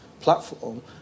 platform